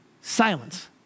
silence